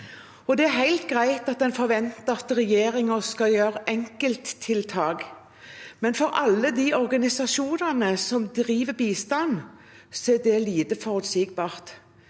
Det er helt greit at en forventer at regjeringen skal gjøre enkelttiltak, men for alle de organisasjonene som driver bistand, er det lite forutsigbart.